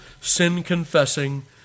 sin-confessing